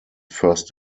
first